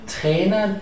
Trainer